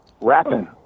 rapping